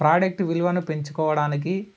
product విలువను పెంచుకోవడానికి